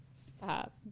Stop